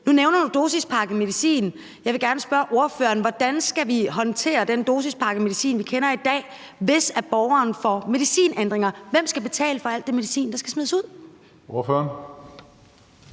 Nu nævner du dosispakket medicin, så jeg vil gerne spørge ordføreren: Hvordan skal vi håndtere den dosispakkede medicin, vi kender i dag, hvis borgeren får medicinændringer? Hvem skal betale for al den medicin, der skal smides ud? Kl.